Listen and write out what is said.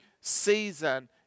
season